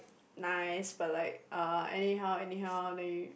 nice but like uh anyhow anyhow then you